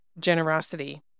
generosity